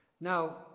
Now